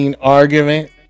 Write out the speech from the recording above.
argument